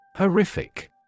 Horrific